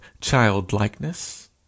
childlikeness